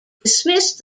dismissed